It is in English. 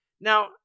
Now